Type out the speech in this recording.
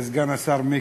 סגן השר מיקי,